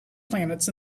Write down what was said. planets